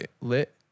lit